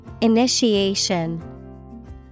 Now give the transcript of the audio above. initiation